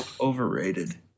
overrated